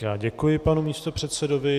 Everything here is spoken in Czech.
Já děkuji panu místopředsedovi.